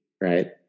right